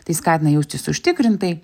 tai skatina jaustis užtikrintai